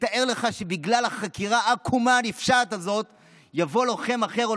תאר לך שבגלל החקיקה העקומה והנפשעת הזאת יבואו לוחם אחר או